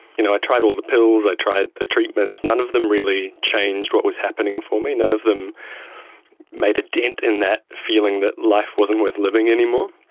you know i tried all the pills, i tried the treatments, none of them really changed what was happening for me, none of them made a dent in that feeling that life wasn't worth living anymore.